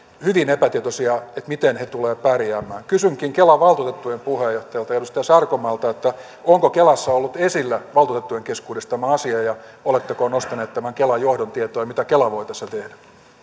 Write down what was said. hyvin epätietoisia siitä miten he tulevat pärjäämään kysynkin kelan valtuutettujen puheenjohtajalta edustaja sarkomaalta onko kelassa ollut esillä valtuutettujen keskuudessa tämä asia ja oletteko nostaneet tämän kelan johdon tietoon ja mitä kela voi tässä tehdä